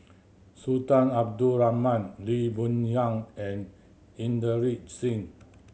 Sultan Abdul Rahman Lee Boon Yang and Inderjit Singh